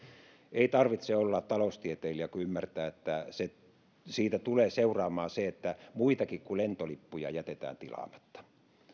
ei tarvitse olla taloustieteilijä ymmärtääkseen että siitä tulee seuraamaan se että muitakin kuin lentolippuja jätetään tilaamatta